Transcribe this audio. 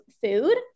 food